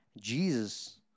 Jesus